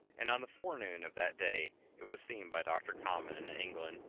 and on the forenoon of that day it was seen by doctor common in england,